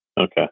Okay